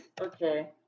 Okay